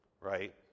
Right